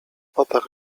oparł